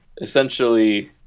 essentially